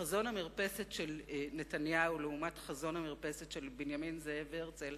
חזון המרפסת של נתניהו לעומת חזון המרפסת של בנימין זאב הרצל,